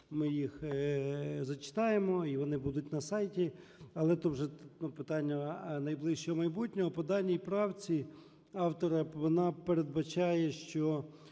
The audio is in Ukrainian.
ми їх зачитаємо, і вони будуть на сайті. Але то вже питання найближчого майбутнього. По даній правці автора, вона передбачає, що